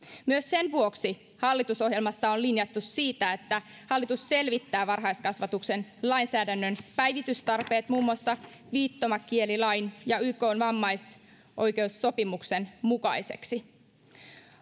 myös sen vuoksi hallitusohjelmassa on linjattu että hallitus selvittää varhaiskasvatuksen lainsäädännön päivitystarpeet muun muassa viittomakielilain ja ykn vammaisoikeussopimuksen mukaiseksi